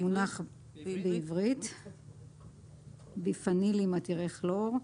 גם "ביפנילים עתירי כלור".